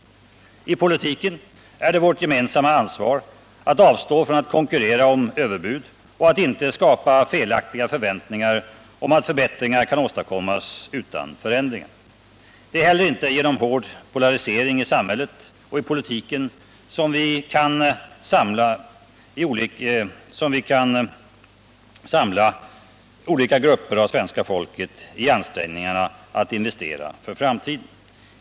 I politiken är det vårt gemensamma ansvar att avstå från att konkurrera om överbud och att inte skapa felaktiga förväntningar om att förbättringar kan åstadkommas utan förändringar. Det är heller inte genom hård polarisering i samhället och i politiken som vi kan samla olika grupper av svenska folket i ansträngningarna att investera för framtiden.